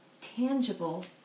tangible